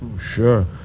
Sure